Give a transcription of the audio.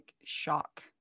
shock